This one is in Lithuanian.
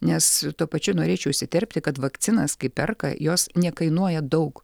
nes tuo pačiu norėčiau įsiterpti kad vakcinas kai perka jos nekainuoja daug